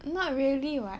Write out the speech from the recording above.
not really [what]